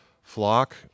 flock